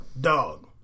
dog